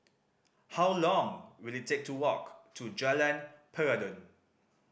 how long will it take to walk to Jalan Peradun